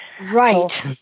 Right